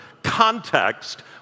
context